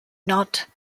not